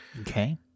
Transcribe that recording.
Okay